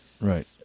Right